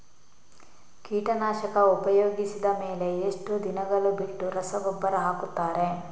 ಕೀಟನಾಶಕ ಉಪಯೋಗಿಸಿದ ಮೇಲೆ ಎಷ್ಟು ದಿನಗಳು ಬಿಟ್ಟು ರಸಗೊಬ್ಬರ ಹಾಕುತ್ತಾರೆ?